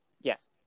Yes